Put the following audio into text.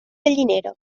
gallinera